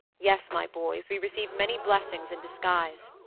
yes, my boys, we receive many blessings in disguise.